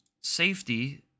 safety